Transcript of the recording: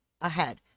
ahead